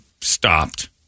stopped